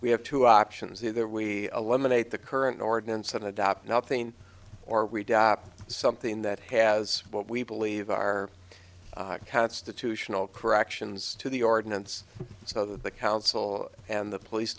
we have two options either we eliminate the current ordinance and adopt nothing or we do something that has what we believe are constitutional corrections to the ordinance so the council and the police